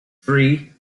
three